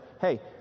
hey